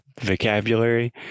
vocabulary